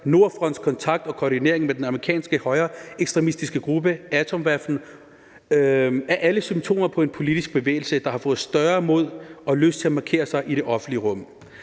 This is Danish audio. Nordfronts kontakt og koordinering med den amerikanske højreekstremistiske gruppe AtomWaffen er alle symptomer på en politisk bevægelse, der har fået større mod og lyst til at markere sig i det offentlige rum.